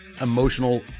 emotional